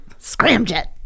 Scramjet